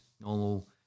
normal